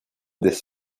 this